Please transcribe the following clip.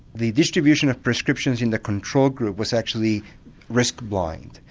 the distribution of prescriptions in the control group was actually risk blind,